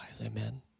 Amen